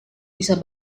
bisa